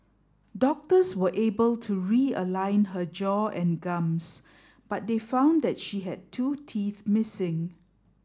doctors were able to realign her jaw and gums but they found that she had two teeth missing